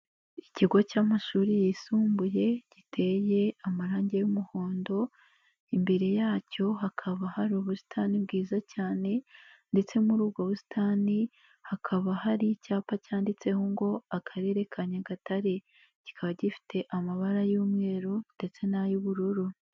Ikigo cy'amashuri yisumbuye giteye amarange y'umuhondo, imbere yacyo hakaba hari ubusitani bwiza cyane ndetse muri ubwo busitani hakaba hari icyapa cyanditseho ngo Akarere ka Nyagatare, kikaba gifite amabara y'umweru ndetse n'ay'ubururu.